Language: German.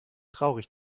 traurig